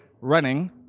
running